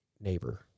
Neighbor